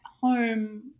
home